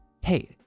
Hey